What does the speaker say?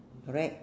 correct